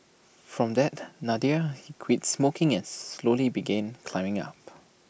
from that Nadir he quit drinking and slowly began climbing up